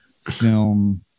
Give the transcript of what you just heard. film